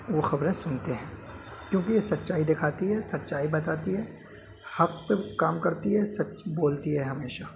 وہ خبریں سنتے ہیں کیوںکہ یہ سچائی دکھاتی ہے سچائی بتاتی ہے حق پر کام کرتی ہے سچ بولتی ہے ہمیشہ